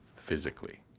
physically